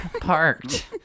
parked